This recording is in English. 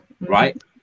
right